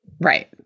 Right